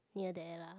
near there lah